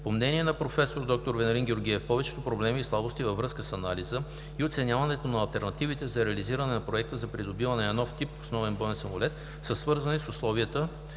По мнение на проф. д-р Венелин Георгиев повечето проблеми и слабости във връзка с анализа и оценяването на алтернативите за реализиране на проекта за придобиване на нов тип основен боен самолет са свързани с условията